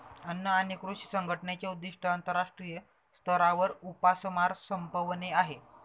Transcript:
अन्न आणि कृषी संघटनेचे उद्दिष्ट आंतरराष्ट्रीय स्तरावर उपासमार संपवणे आहे